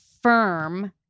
firm